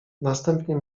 następnie